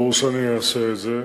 ברור שאני אעשה את זה.